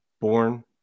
born